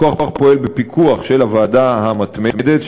הכוח פועל בפיקוח של הוועדה המתמדת,